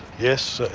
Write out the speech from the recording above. yes,